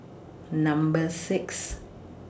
Number six